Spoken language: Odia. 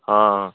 ହଁ ହଁ